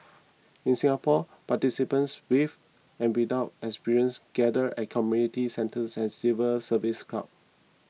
in Singapore participants with and without experience gathered at community centres and civil service club